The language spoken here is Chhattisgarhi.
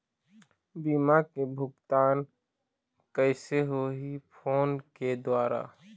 बीमा के भुगतान कइसे होही फ़ोन के द्वारा?